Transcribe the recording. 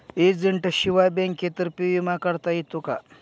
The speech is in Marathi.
एजंटशिवाय बँकेतर्फे विमा काढता येतो का?